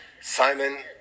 Simon